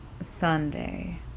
Sunday